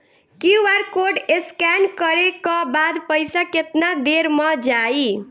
QR code scan न करे क बाद पइसा केतना देर म जाई?